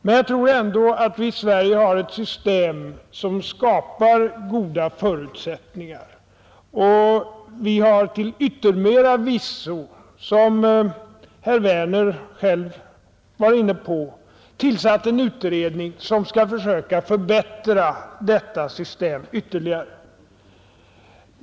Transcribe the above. Men jag tror ändå att vi i Sverige har ett system som skapar goda förutsättningar, och vi har till yttermera visso, som herr Werner i Malmö själv var inne på, tillsatt en utredning som skall försöka förbättra detta system ytterligare.